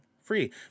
free